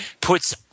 puts